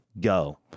go